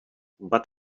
but